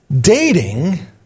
Dating